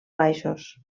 baixos